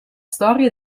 storia